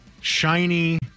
shiny